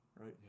right